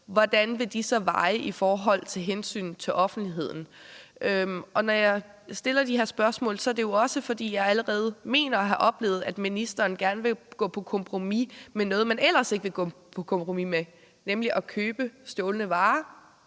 hvordan vil de så veje i forhold til hensynet til offentligheden? Når jeg stiller de her spørgsmål, er det jo også, fordi jeg allerede mener at have oplevet, at ministeren gerne vil gå på kompromis med noget, man ellers ikke vil gå på kompromis med, nemlig at købe stjålne varer,